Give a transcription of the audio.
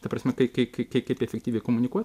ta prasme kai kai kaip efektyviai komunikuot